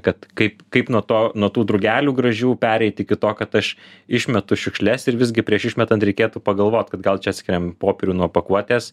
kad kaip kaip nuo to nuo tų drugelių gražių pereit iki to kad aš išmetu šiukšles ir visgi prieš išmetant reikėtų pagalvoti kad gal čia atskiriam popierių nuo pakuotės